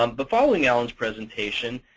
um but following alan's presentation,